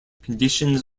conditions